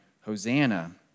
Hosanna